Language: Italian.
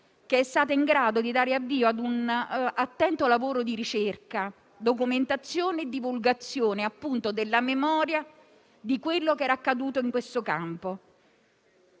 che è stata in grado di dare avvio a un attento lavoro di ricerca, documentazione e divulgazione della memoria di ciò che era accaduto in quel campo,